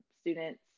students